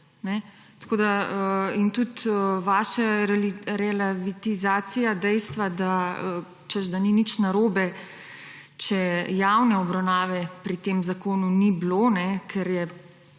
določajo? In tudi vaša relavitizacija dejstva, češ, da ni nič narobe, če javne obravnave pri tem zakonu ni bilo, ker je